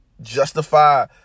justify